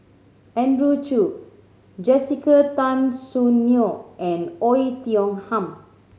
Andrew Chew Jessica Tan Soon Neo and Oei Tiong Ham